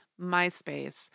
MySpace